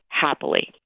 happily